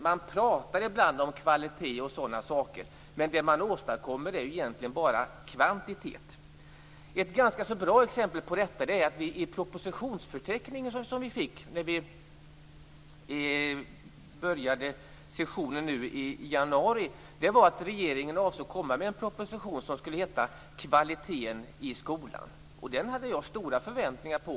Man pratar ibland om kvalitet och sådana saker, men det man åstadkommer är egentligen bara kvantitet. Ett ganska bra exempel på det är att regeringen enligt den propositionsförteckning som vi fick när vi började sessionen i januari avsåg att komma med en proposition som skulle heta Kvaliteten i skolan. Den hade jag stora förväntningar på.